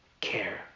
care